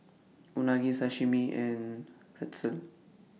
Unagi Sashimi and Pretzel